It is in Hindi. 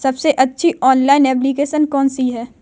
सबसे अच्छी ऑनलाइन एप्लीकेशन कौन सी है?